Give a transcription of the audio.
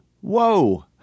whoa